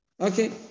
Okay